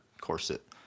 corset